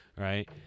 Right